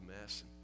mess